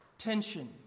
Tension